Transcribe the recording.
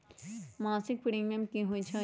मासिक प्रीमियम की होई छई?